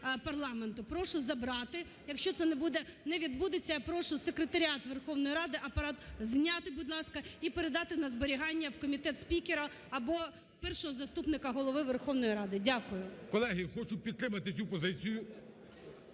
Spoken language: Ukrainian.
Прошу забрати. Якщо це не відбудеться, я прошу секретаріат Верховної Ради України, Апарат, зняти, будь ласка, і передати на зберігання в комітет спікера або Першого заступника Голови Верховної Ради. Дякую. 18:01:42 ГОЛОВУЮЧИЙ. Колеги, хочу підтримати цю позицію.